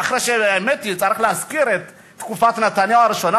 האמת היא שצריך להזכיר את תקופת נתניהו הראשונה,